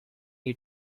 you